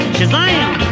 Shazam